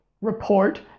report